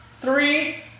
three